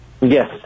Yes